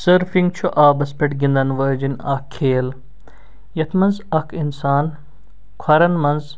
surfing چھُ آبَس پٮ۪ٹھ گِنٛدَن وٲجیٚنۍ اکھ کھیل یَتھ منٛز اکھ اِنسان کھۄرَن منٛز